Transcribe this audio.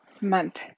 month